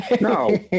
No